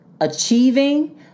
achieving